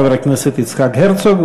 חבר הכנסת יצחק הרצוג,